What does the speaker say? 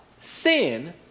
sin